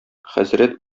хәзрәт